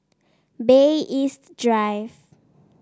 Bay East Drive